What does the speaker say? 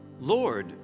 Lord